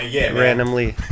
randomly